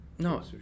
No